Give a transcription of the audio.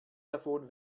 davon